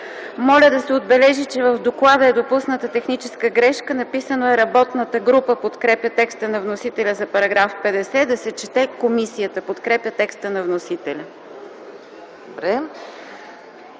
Моля, да се отбележи, че в доклада е допусната техническа грешка – написано е „Работната група подкрепя теста на вносителя за § 50”, да се чете: „Комисията подкрепя текста на вносителя”.